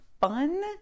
fun